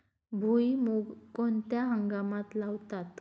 भुईमूग कोणत्या हंगामात लावतात?